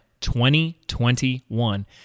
2021